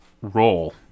role